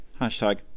Hashtag